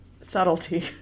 subtlety